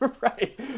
Right